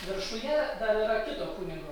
viršuje dar yra kito kunigo